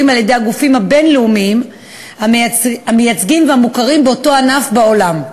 על-ידי הגופים הבין-לאומיים המייצגים והמוכרים באותו ענף ספורט בעולם.